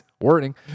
wording